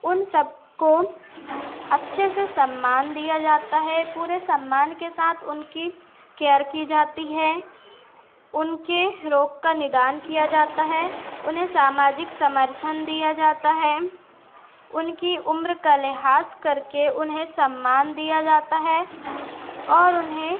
उन सबको अच्छे से सम्मान दिया जाता है पूरे सम्मान के साथ उनकी केयर की जाती है उनके रोग का निदान किया जाता है उन्हें सामाजिक समर्थन दिया जाता है उनकी उम्र का लेहाज़ करके उन्हें सम्मान दिया जाता है और उन्हें